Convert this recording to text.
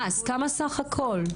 אז כמה סך הכול?